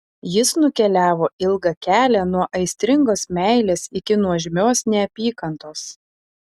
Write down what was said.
jis nukeliavo ilgą kelią nuo aistringos meilės iki nuožmios neapykantos